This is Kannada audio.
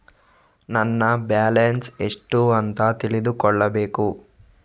ನನ್ನ ಬ್ಯಾಲೆನ್ಸ್ ಎಷ್ಟು ಅಂತ ತಿಳಿದುಕೊಳ್ಳಬೇಕು?